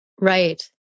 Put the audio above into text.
right